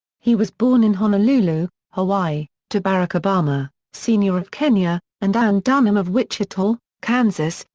he was born in honolulu, hawaii, to barack obama, sr. of kenya, and ann dunham of wichita, kansas,